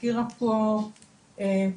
הזכירה פה קודמתי,